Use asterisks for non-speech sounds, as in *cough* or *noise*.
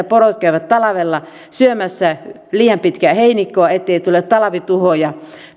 *unintelligible* porot käyvät talvella syömässä liian pitkää heinikkoa ettei tule talvituhoja